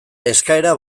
eskaera